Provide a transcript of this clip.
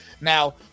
Now